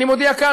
אני מודיע כאן,